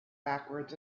backwards